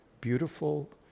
beautiful